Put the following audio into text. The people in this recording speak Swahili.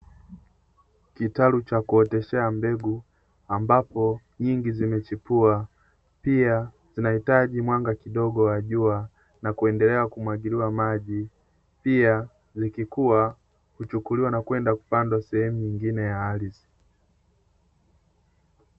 Kitalu cha kuoteshea mbegu ambapo nyingi zimechipua, pia zinahitaji mwanga kidogo wajua na kuendelea kumwagiliwa maji, pia zikikuwa huchukuliwa na kwenda kupanda sehemu nyingine ya ardhi.